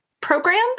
programs